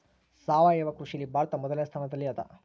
ಸಾವಯವ ಕೃಷಿಯಲ್ಲಿ ಭಾರತ ಮೊದಲನೇ ಸ್ಥಾನದಲ್ಲಿ ಅದ